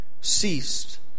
ceased